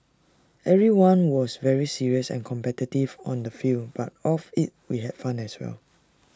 everyone was very serious and competitive on the field but off IT we had fun as well